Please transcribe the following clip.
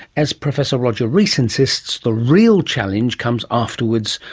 as professor roger rees insists, the real challenge comes afterwards,